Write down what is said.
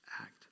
act